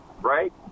right